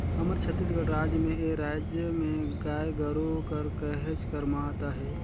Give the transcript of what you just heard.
हमर छत्तीसगढ़ राज में ए राएज में गाय गरू कर कहेच कर महत अहे